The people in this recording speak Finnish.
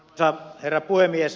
arvoisa herra puhemies